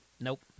Nope